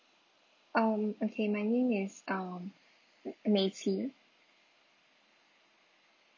um okay my name is um mei qi